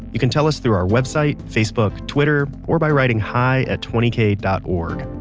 you can tell us through our website, facebook, twitter, or by writing hi at twenty kay dot org.